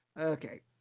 Okay